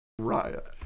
Riot